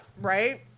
Right